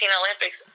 olympics